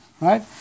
right